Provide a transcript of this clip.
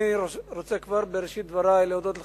אני רוצה כבר בראשית דברי להודות לך,